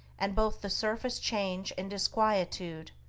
and both the surface change and disquietude,